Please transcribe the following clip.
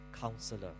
Counselor